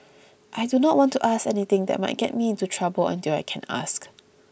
I do not want to ask anything that might get me into trouble until I can ask